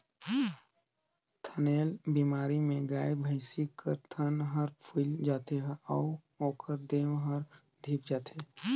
थनैल बेमारी में गाय, भइसी कर थन हर फुइल जाथे अउ ओखर देह हर धिप जाथे